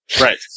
Right